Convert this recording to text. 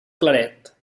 claret